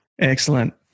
Excellent